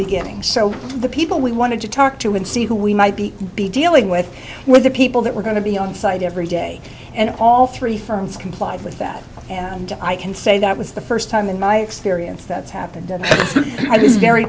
beginning so the people we wanted to talk to and see who we might be be dealing with with the people that were going to be on side every day and all three firms complied with that and i can say that was the first time in my experience that's happened i was very